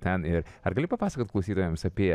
ten ir ar gali papasakot klausytojams apie